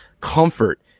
comfort